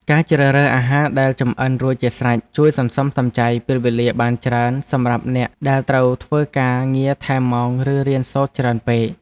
ការជ្រើសរើសអាហារដែលចម្អិនរួចជាស្រេចជួយសន្សំសំចៃពេលវេលាបានច្រើនសម្រាប់អ្នកដែលត្រូវធ្វើការងារថែមម៉ោងឬរៀនសូត្រច្រើនពេក។